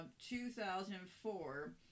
2004